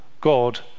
God